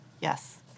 Yes